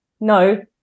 no